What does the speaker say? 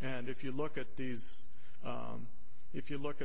and if you look at these if you look